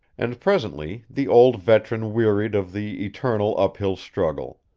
and presently the old veteran wearied of the eternal uphill struggle.